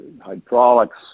hydraulics